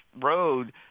road